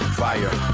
fire